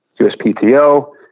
USPTO